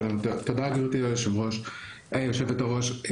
שלום, תודה גברתי יושבת הראש.